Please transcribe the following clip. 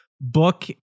book